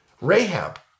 Rahab